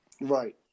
Right